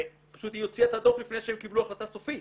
ופשוט היא הוציאה את הדוח לפני שהן קיבלו החלטה סופית.